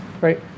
right